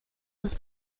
his